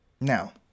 Now